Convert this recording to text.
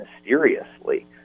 mysteriously